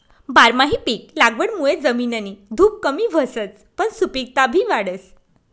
बारमाही पिक लागवडमुये जमिननी धुप कमी व्हसच पन सुपिकता बी वाढस